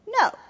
No